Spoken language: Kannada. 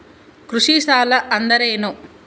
ಕೃಷಿ ಸಾಲ ಅಂದರೇನು?